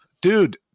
dude